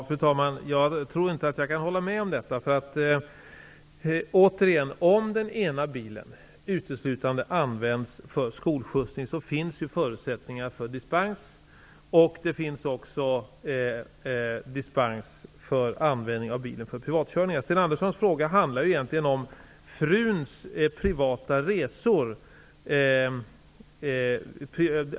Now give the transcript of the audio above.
Fru talman! Jag tror inte att jag kan hålla med om detta. Återigen: om den ena bilen uteslutande används för skolskjutsning finns ju förutsättningar för dispens, och man kan också få dispens för användning av bilen för privatkörningar. Frågan från Sten Andersson i Malmö handlar ju egentligen om fruns privata resor.